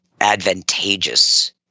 advantageous